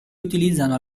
utilizzano